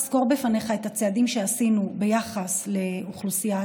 אני אסקור בפניך את הצעדים שעשינו ביחס לאוכלוסיית